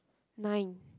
nine